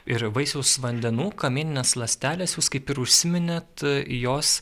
ir vaisiaus vandenų kamieninės ląstelės jūs kaip ir užsiminėt jos